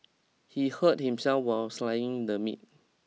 he hurt himself while slicing the meat